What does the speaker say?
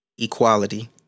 Equality